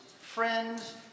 friends